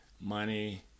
money